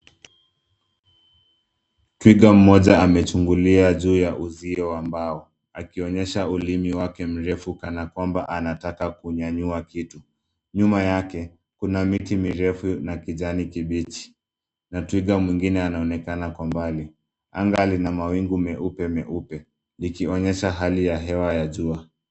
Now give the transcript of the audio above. Twiga mmoja amechungulia juu ya uzio wa mbao akionyesha ulimi wake mrefu kana kwamba anataka kunyanyua kitu. Nyuma yake, kuna miti mirefu na kijani kibichi na twiga mwingine anaonekana kwa mbali. Anga lina mawingu meupe meupe likionyesha hali ya hewa ya jua.